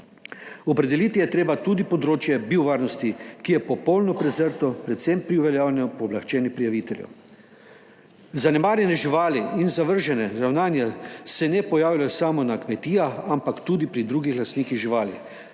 Opredeliti je treba tudi področje biovarnosti, ki je popolnoma prezrto predvsem pri uveljavljanju pooblaščenih prijaviteljev. Zanemarjenje živali in zavržna ravnanja se ne pojavljajo samo na kmetijah, ampak tudi pri drugih lastnikih živali,